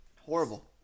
Horrible